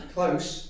Close